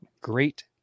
Great